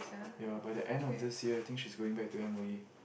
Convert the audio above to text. ya by the end of this year I think she's going back to M_O_E